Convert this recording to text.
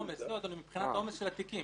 אדוני, מבחינת העומס של התיקים.